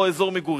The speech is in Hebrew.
או אזור מגורים.